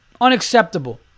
Unacceptable